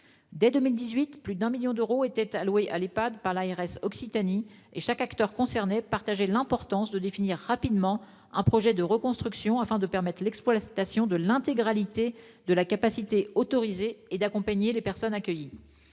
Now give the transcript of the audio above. Dès 2018, plus de 1 million d'euros étaient alloués à l'Ehpad par l'ARS Occitanie, et chaque acteur concerné partageait l'importance de définir rapidement un projet de reconstruction afin de permettre l'exploitation de l'intégralité de la capacité autorisée et d'accompagner les personnes accueillies.